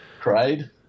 Cried